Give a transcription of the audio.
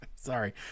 Sorry